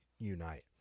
unite